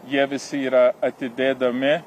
jie visi yra atidedami